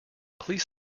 please